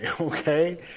okay